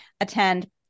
attend